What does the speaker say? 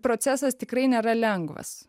procesas tikrai nėra lengvas